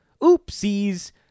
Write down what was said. Oopsies